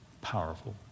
powerful